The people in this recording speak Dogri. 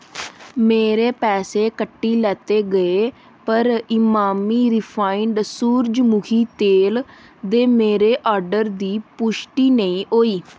मेरे पैसे कट्टी लैते गे पर इमामी रिफाइंड सूरजमुखी तेल दे मेरे आर्डर दी पुश्टि नेईं होई